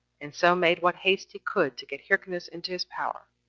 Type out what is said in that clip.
and so made what haste he could to get hyrcanus into his power,